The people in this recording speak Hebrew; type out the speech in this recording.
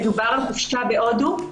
מדובר על חופשה בהודו?